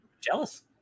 jealous